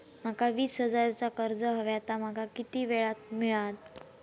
माका वीस हजार चा कर्ज हव्या ता माका किती वेळा क मिळात?